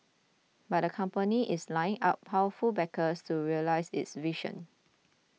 but the company is lining up powerful backers to realise its vision